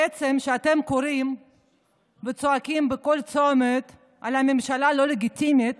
בעצם כשאתם קוראים וצועקים בכל צומת על ממשלה לא לגיטימית,